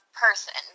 person